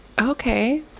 okay